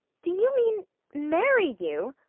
do you mean marry you?